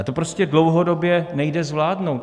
A to prostě dlouhodobě nejde zvládnout.